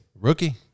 Rookie